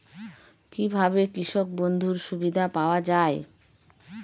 কি ভাবে কৃষক বন্ধুর সুবিধা পাওয়া য়ায়?